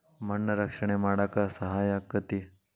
ಮಣ್ಣ ರಕ್ಷಣೆ ಮಾಡಾಕ ಸಹಾಯಕ್ಕತಿ